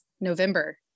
November